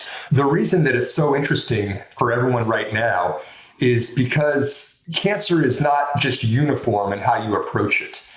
the reason that it's so interesting for everyone right now is because cancer is not just uniform in how you approach it.